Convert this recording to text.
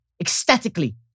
ecstatically